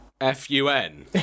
F-U-N